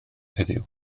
heddiw